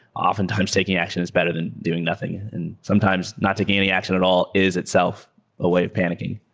oftentimes taking action is better than doing nothing, and sometimes not taking any action at all is itself a way of panicking.